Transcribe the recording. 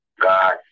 God